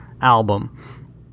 album